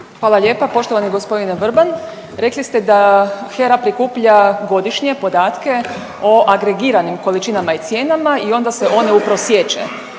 Hvala lijepa poštovani gospodine Vrban. Rekli ste da HERA prikuplja godišnje podatke o agregiranim količinama i cijenama i onda se one uprosječe.